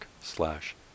slash